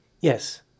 Yes